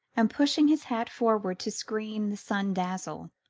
and pushing his hat forward to screen the sun-dazzle.